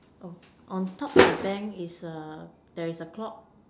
oh on top the bank is a there's a clock